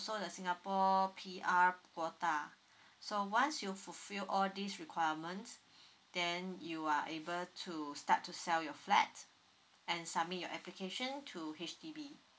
the singapore P_R quota so once you fulfill all these requirements then you are able to start to sell your flat and submit your application to H_D_B